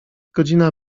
godzina